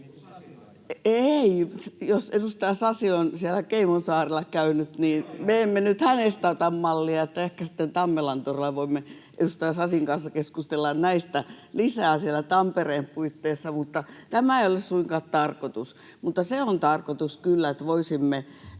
Ei. Jos edustaja Sasi on siellä Caymansaarilla käynyt, niin me emme nyt hänestä ota mallia. Ehkä sitten Tammelantorilla voimme edustaja Sasin kanssa keskustella näistä lisää siellä Tampereen puitteissa, mutta tämä ei ole suinkaan tarkoitus. Mutta se on tarkoitus kyllä, että voisimme